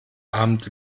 abend